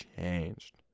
changed